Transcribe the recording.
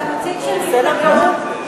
אתה נציג של סיעה, בסדר גמור.